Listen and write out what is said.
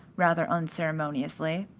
rather unceremoniously.